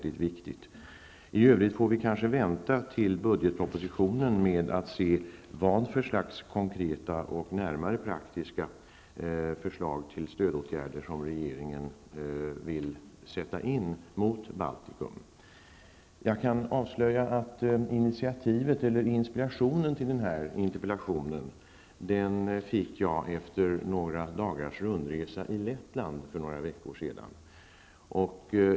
I övrigt får vi kanske vänta tills budgetpropositionen kommer för att se vilka konkreta och mera praktiska förslag till stödåtgärder som regeringen vill sätta in för Baltikum. Jag kan avslöja att jag fick inspirationen till den här interpellationen efter några dagars rundresa i Lettland för några veckor sedan.